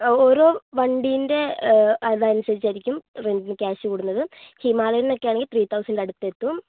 ഓരോ വണ്ടീൻ്റെ അത് അനുസരിച്ച് ആയിരിക്കും റെൻ്റിനു ക്യാഷ് കൂടുന്നത് ഹിമാലയൻ ഒക്കെ ആണെങ്കിൽ ത്രീ തൗസൻഡ് അടുത്തെത്തും